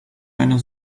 einer